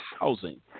housing